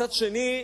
מצד שני,